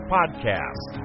Podcast